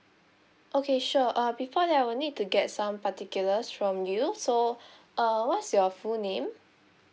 okay sure uh before that I will need to get some particulars from you so uh what's your full name